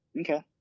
Okay